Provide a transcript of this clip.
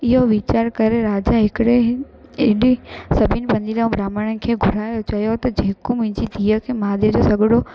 इहो वीचारु करे राजा हिकिड़े ॾींहुं एॾी सभिनि पंडित ऐं ब्राहम्णनि खे घुरायो चयो त जेको मुंहिंजी धीअ खे महादेव जो सॻिड़ो